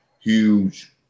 huge